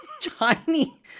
tiny